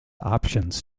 options